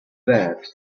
that